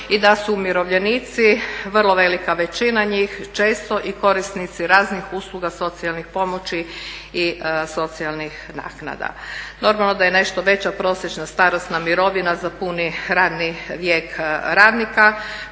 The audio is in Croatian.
i da su umirovljenici, vrlo velika većina njih često i korisnici raznih usluga socijalnih pomoći i socijalnih naknada. Normalno da je nešto veća prosječna starosna mirovina za puni radni vijek radnika.